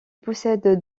possède